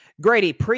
Grady